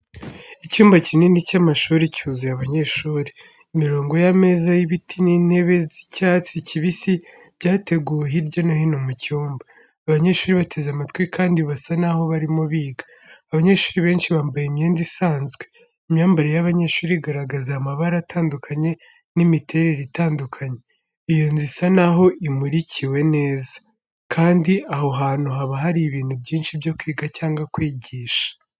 Icyumba kinini cy'amashuri cyuzuye abanyeshuri. Imirongo y'ameza y'ibiti n'intebe z'icyatsi kibisi byateguwe hirya no hino mu cyumba. Abanyeshuri bateze amatwi kandi basa naho barimo biga. Abanyeshuri benshi bambaye imyenda isanzwe. Imyambarire y'abanyeshuri igaragaza amabara atandukanye n'imiterere itandukanye. Iyo nzu isa naho imurikiwe neza. Kandi aho hantu haba hari ibintu byinshi byo kwiga cyangwa kwigisha.